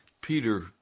Peter